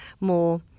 more